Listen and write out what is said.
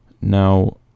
Now